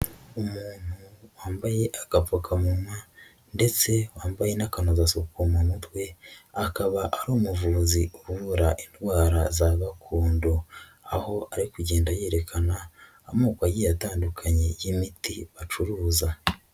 Umuntu wambaye agapfukamunwa ndetse wambaye n'akanozasuku mu mutwe, akaba ari umuvuzi uvura indwara za gakondo. Aho ari kugenda yerekana amoko ye atandukanye y'imiti acuruza.